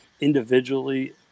individually